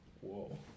whoa